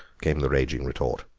came the raging retort.